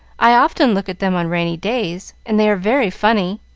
i often look at them on rainy days, and they are very funny.